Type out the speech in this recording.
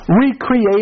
recreate